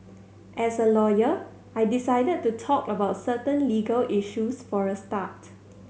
as a lawyer I decided to talk about certain legal issues for a start